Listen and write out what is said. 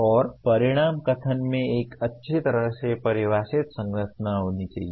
और परिणाम कथन में एक अच्छी तरह से परिभाषित संरचना होनी चाहिए